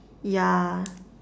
yeah